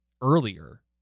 earlier